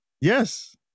Yes